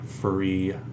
free